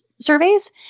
Surveys